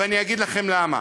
ואני אגיד לכם למה.